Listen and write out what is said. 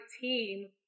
team